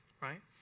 right